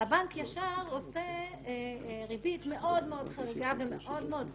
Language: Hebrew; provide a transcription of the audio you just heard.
הבנק ישר עושה ריבית מאוד מאוד חריגה ומאוד מאוד גבוהה.